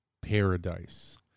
paradise